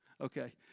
Okay